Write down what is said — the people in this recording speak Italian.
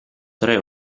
tre